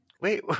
Wait